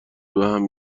بهم